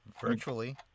virtually